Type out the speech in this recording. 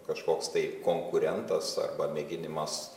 kažkoks tai konkurentas arba mėginimas